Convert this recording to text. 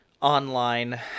online